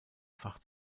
fach